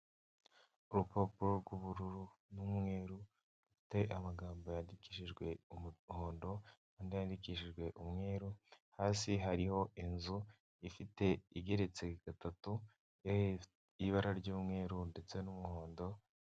Urupapuro rw'ubururu n'umweru rufite amagambo yandikishijwe umuhondoda yandikishijwe umweru hasi hariho inzu ifite igeretse gatatu ifite ibara ry'umweru ndetse n'umuhondo.